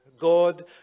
god